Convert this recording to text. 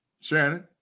Shannon